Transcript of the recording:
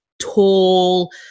tall